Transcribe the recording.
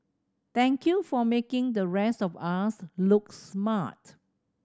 thank you for making the rest of us look smart